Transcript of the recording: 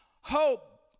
hope